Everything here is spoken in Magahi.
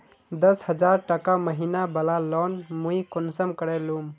दस हजार टका महीना बला लोन मुई कुंसम करे लूम?